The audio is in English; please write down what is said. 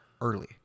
early